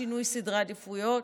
מה שינוי סדרי העדיפויות,